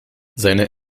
seine